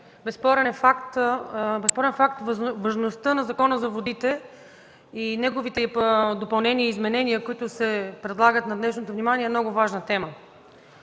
Безспорен факт е, че Законът за водите и неговите допълнения и изменения, които се предлагат на днешното внимание, са много важна тема.